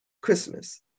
Christmas